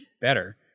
better